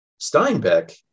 Steinbeck